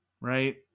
right